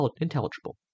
intelligible